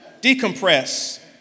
decompress